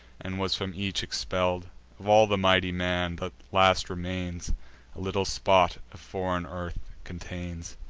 and was from each expell'd of all the mighty man, the last remains a little spot of foreign earth contains.